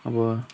अब